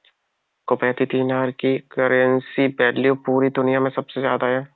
Kuwaiti दीनार की currency value पूरी दुनिया मे सबसे ज्यादा है